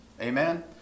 Amen